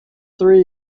three